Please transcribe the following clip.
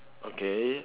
okay